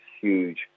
huge